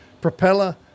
propeller